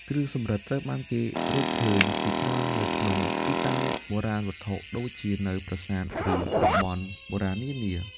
គ្រឿងសំរឹទ្ធិត្រូវបានគេ រកឃើញជាច្រើននៅក្នុងទីតាំងបុរាណវត្ថុ ដូចជានៅប្រាសាទ ឬតំបន់បុរាណនានា។